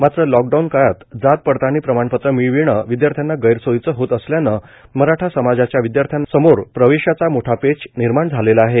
मात्र लॉकडाऊन काळात जात पडताळणी प्रमाणपत्र मिळविणे विदयार्थ्याना गैरसोयीचे होत असल्याने मराठा समाजाच्या विदयार्थ्याना समोर प्रवेशाचा मोठा पेच निर्माण झालेला आहे